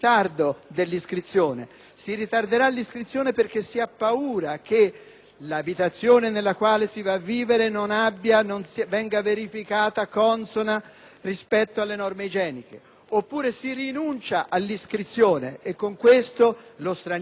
l'abitazione nella quale si va a vivere venga verificata non consona rispetto alle norme igieniche; oppure, si rinuncia all'iscrizione e con questo lo straniero o l'italiano possono scomparire dal sistema statistico nazionale.